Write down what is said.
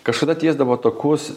kažkada tiesdavo takus